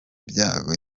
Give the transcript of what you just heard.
byago